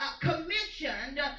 commissioned